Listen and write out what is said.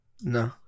No